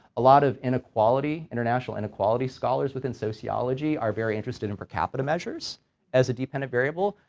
a lot of inequality, international inequality scholars within sociology are very interested in per capita measures as a dependent variable,